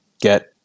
get